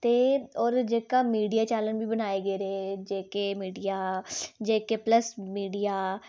ते ओह्दा जेह्का मीडिया चैनल बी बनाये गेदे JK media JK plus media